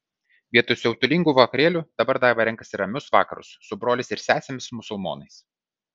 vietoj siautulingų vakarėlių dabar daiva renkasi ramius vakarus su broliais ir sesėmis musulmonais